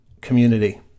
community